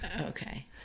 Okay